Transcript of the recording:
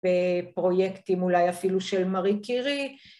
‫בפרויקטים אולי אפילו של מארי קירי.